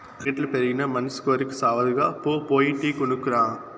రేట్లు పెరిగినా మనసి కోరికి సావదుగా, పో పోయి టీ కొనుక్కు రా